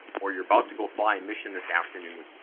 or you're about to go fly a mission this afternoon,